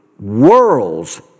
world's